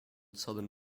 southern